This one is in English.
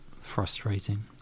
frustrating